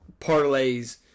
parlays